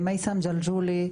ומייסם ג'לג'ולי,